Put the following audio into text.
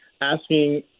asking